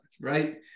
right